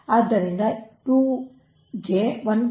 ಆದ್ದರಿಂದ 2 ಗೆ 1